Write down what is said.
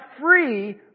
free